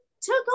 took